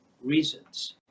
reasons